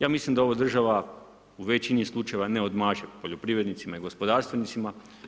Ja mislim da ovo država u većini slučajeva ne odmaže poljoprivrednicima i gospodarstvenicima.